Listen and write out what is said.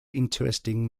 interesting